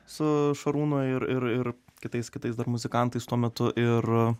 su šarūnu ir ir ir kitais kitais muzikantais tuo metu ir